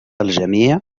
الجميع